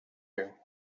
you